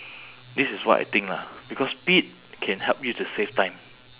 this is what I think lah because speed can help you to save time